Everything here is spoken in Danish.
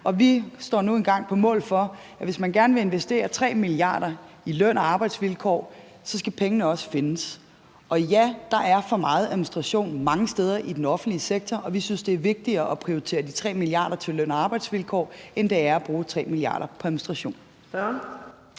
Og vi står nu engang på mål for, at hvis man gerne vil investere 3 mia. kr. i løn- og arbejdsvilkår, skal pengene også findes. Og ja, der er for meget administration mange steder i den offentlige sektor, og vi synes, det er vigtigere at prioritere de 3 mia. kr. til løn- og arbejdsvilkår, end det er at bruge 3 mia. kr. på administration.